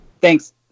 Thanks